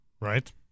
Right